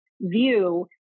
view